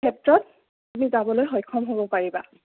ক্ষেত্ৰত তুমি যাবলৈ সক্ষম হ'ব পাৰিবা